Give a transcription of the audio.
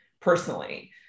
personally